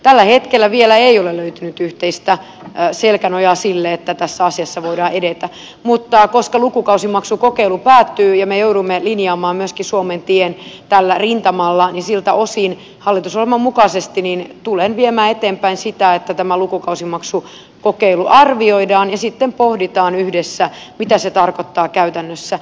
tällä hetkellä vielä ei ole löytynyt yhteistä selkänojaa sille että tässä asiassa voidaan edetä mutta koska lukukausimaksukokeilu päättyy ja me joudumme linjaamaan myöskin suomen tien tällä rintamalla siltä osin hallitusohjelman mukaisesti tulen viemään eteenpäin sitä että tämä lukukausimaksukokeilu arvioidaan ja sitten pohditaan yhdessä mitä se tarkoittaa käytännössä